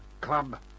Club